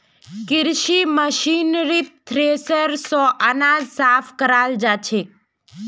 कृषि मशीनरीत थ्रेसर स अनाज साफ कराल जाछेक